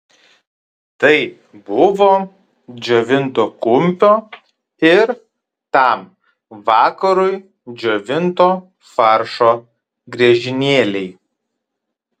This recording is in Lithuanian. tai buvo džiovinto kumpio ir tam vakarui džiovinto faršo griežinėliai